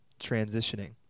transitioning